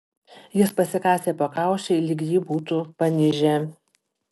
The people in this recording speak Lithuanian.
jis pasikasė pakaušį lyg jį būtų panižę